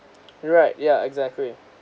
right yeah exactly